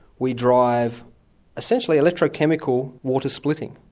we drive essentially electrochemical water splitting.